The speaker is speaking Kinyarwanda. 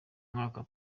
mwaka